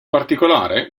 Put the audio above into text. particolare